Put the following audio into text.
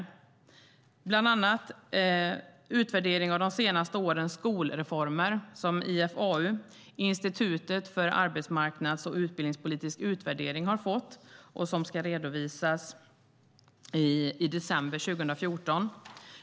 Det är bland annat en utvärdering av de senaste årens skolreformer som IFAU, Institutet för arbetsmarknads och utbildningspolitisk utvärdering, har fått i uppdrag och som ska redovisas i december 2014.